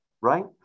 Right